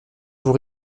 vous